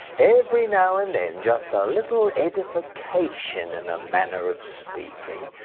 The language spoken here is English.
every now and then just a little edification, in a manner of speaking.